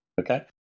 Okay